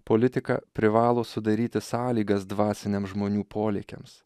politika privalo sudaryti sąlygas dvasiniams žmonių polėkiams